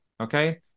Okay